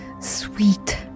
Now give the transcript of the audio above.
sweet